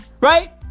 Right